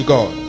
God